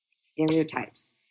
stereotypes